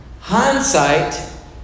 hindsight